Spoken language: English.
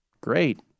Great